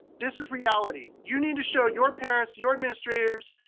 this is reality. you need to show your parents, your administrators,